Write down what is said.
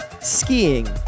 skiing